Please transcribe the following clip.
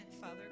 Father